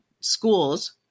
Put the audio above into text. schools